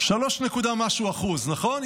שלושה, 3% נקודה משהו, נכון?